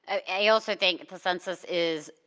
ah i also think the census is,